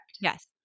Yes